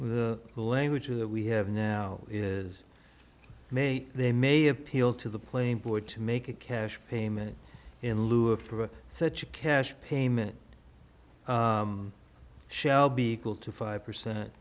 the language that we have now is may they may appeal to the playing board to make a cash payment in lieu of such a cash payment shall be equal to five percent